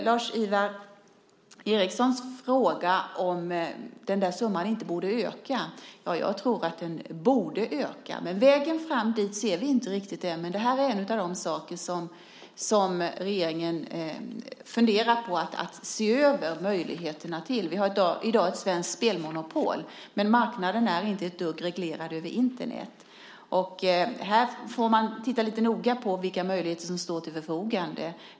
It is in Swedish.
Lars-Ivar Ericson frågar om ifall den summan inte borde öka. Jag tror att den borde öka. Vägen fram dit ser vi inte riktigt än, men detta är en av de saker som regeringen funderar på att se över möjligheterna till. Vi har i dag ett svenskt spelmonopol. Men marknaden på Internet är inte ett dugg reglerad. Man får titta lite noggrannare på vilka möjligheter som står till förfogande.